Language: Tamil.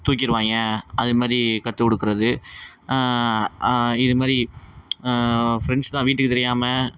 தூக்கிடுவாய்ங்க அது மாதிரி கற்று கொடுக்கறது இது மாதிரி ஃப்ரெண்ட்ஸ் தான் வீட்டுக்கு தெரியாமல்